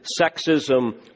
sexism